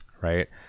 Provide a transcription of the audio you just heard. right